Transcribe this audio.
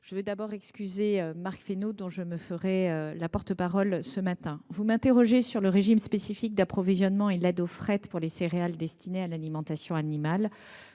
de bien vouloir excuser Marc Fesneau, dont je me ferai la porte parole. Vous m’interrogez sur le régime spécifique d’approvisionnement et l’aide au fret pour les céréales destinées à l’alimentation animale.